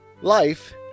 Life